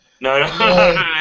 No